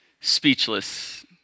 speechless